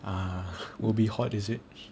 ah will be hot is it